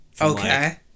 Okay